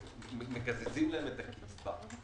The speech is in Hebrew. מקזזים להם את הקצבה.